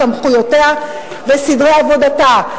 סמכויותיה וסדרי עבודתה".